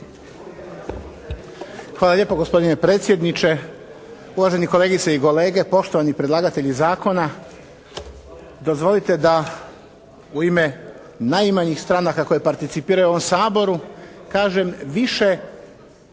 Hvala lijepa gospodine predsjedniče. Uvaženi kolegice i kolege, poštovani predlagatelji zakona. Dozvolite da u ime najmanjih stranaka koje participiraju u ovom Saboru kažem više